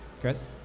Chris